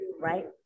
right